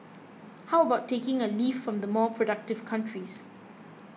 how about taking a leaf from the more productive countries